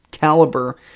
caliber